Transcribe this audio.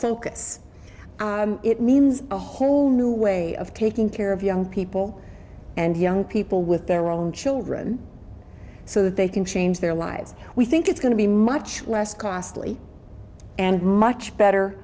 focus it means a whole new way of taking care of young people and young people with their own children so that they can change their lives we think it's going to be much less costly and much better